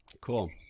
Cool